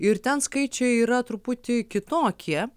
ir ten skaičiai yra truputį kitokie